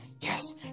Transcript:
yes